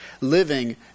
living